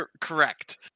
correct